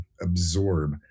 absorb